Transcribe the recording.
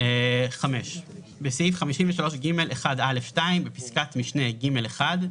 (5)בסעיף 53ג1(א)(2), בפסקת משנה (ג)(1),